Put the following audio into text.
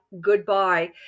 Goodbye